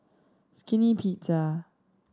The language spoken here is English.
Skinny Pizza